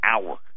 hour